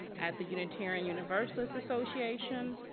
at the unitarian universalist association,